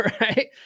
right